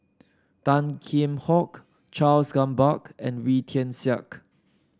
Tan Kheam Hock Charles Gamba and Wee Tian Siak